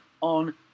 on